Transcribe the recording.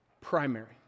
primary